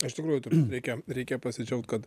iš tikrųjų nereikia reikia pasidžiaugti kad